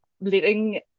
letting